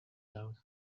out